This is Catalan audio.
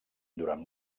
durant